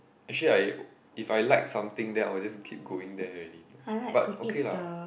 actually I if I like something then I will just keep going there already but okay lah